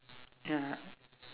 ya